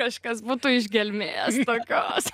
kažkas būtų iš gelmės tokios